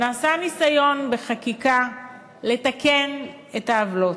נעשה ניסיון לתקן בחקיקה את העוולות.